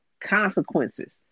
consequences